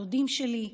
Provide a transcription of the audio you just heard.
הדודים שלי,